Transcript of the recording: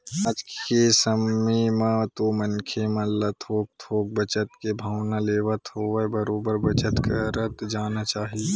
आज के समे म तो मनखे मन ल थोक थोक बचत के भावना लेवत होवय बरोबर बचत करत जाना चाही